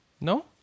No